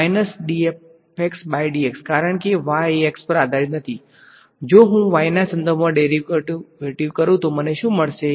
કારણ કે y એ x પર આધારિત નથીજો હું y ના સંદર્ભમાં ડેરીવેટીવ કરું તો મને શું મળશે